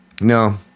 no